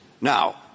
Now